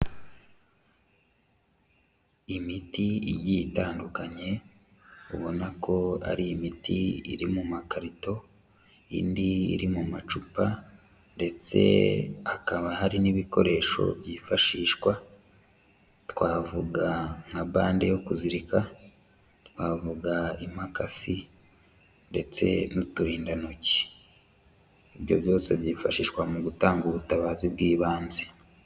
Imiti igiye itandukanye ubona ko ari imiti iri mu makarito, indi iri mu macupa ndetse hakaba hari n'ibikoresho byifashishwa twavuga nka bande yo kuzirika, twavuga imakasi ndetse n'uturindantoki, ibyo byose byifashishwa mu gutanga ubutabazi bw'ibanze.